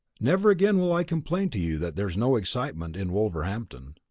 never again will i complain to you that there is no excitement in wolverhampton.